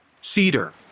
cedar